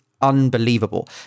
unbelievable